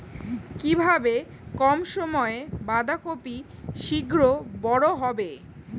কিভাবে কম সময়ে বাঁধাকপি শিঘ্র বড় হবে?